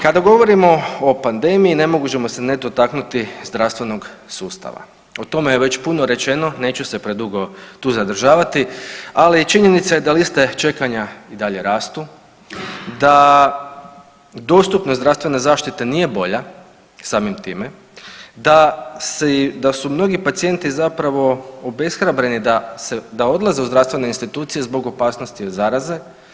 Kada govorimo o pandemiji ne možemo se ne dotaknuti zdravstvenog sustava, o tome je već puno rečeno neću se predugo tu zadržavati, ali činjenica je da liste čekanja i dalje rastu, da dostupnost zdravstvene zaštite nije bolja samim time, da su mnogi pacijenti zapravo obeshrabreni da odlaze u zdravstvene institucije zbog opasnosti od zaraze.